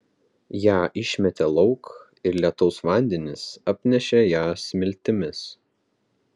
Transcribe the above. ją išmetė lauk ir lietaus vandenys apnešė ją smiltimis